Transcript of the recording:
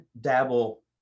dabble